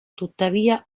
tuttavia